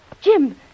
Jim